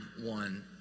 one